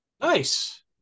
Nice